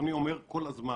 אדוני אומר כל הזמן